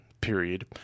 period